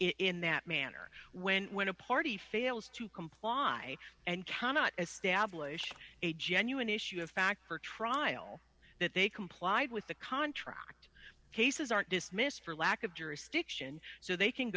in that manner when when a party fails to comply and cannot establish a genuine issue of fact for trial that they complied with the contract cases aren't dismissed for lack of jurisdiction so they can